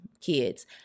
kids